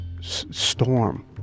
storm